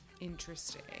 Interesting